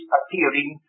appearing